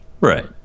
Right